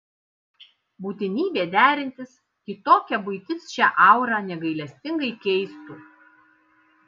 būtinybė derintis kitokia buitis šią aurą negailestingai keistų